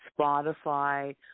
Spotify